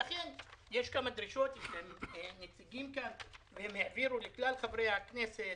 ולכן נציגים שנמצאים כאן העבירו דרישות לכלל חברי הכנסת,